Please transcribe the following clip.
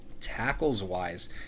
Tackles-wise